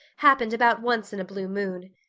happened about once in a blue moon.